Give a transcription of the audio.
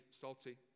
salty